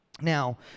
Now